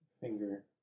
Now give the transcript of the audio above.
Finger